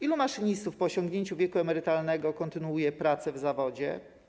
Ilu maszynistów po osiągnięciu wieku emerytalnego kontynuuje pracę w zawodzie?